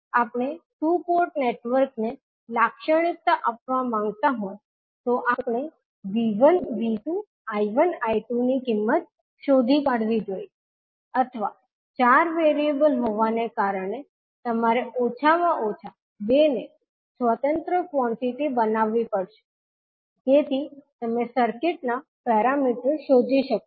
જો આપણે two port નેટવર્કને લાક્ષણિકતા આપવા માંગતા હોય તો આપણે 𝐕1 𝐕2 𝐈𝟏 𝐈𝟐 ની કિંમત શોધી કાઢવી જોઈએ અથવા ચાર વેરીએબલ હોવાને કારણે તમારે ઓછામાં ઓછા 2 ને સ્વતંત્ર ક્વોન્ટીટી બનાવવી પડશે જેથી તમે સર્કિટ ના પેરામીટર્સ શોધી શકો